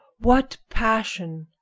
what passion!